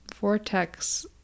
Vortex